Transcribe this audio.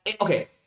okay